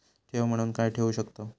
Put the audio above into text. ठेव म्हणून काय ठेवू शकताव?